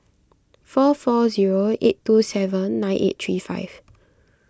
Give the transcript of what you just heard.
four four zero eight two seven nine eight three five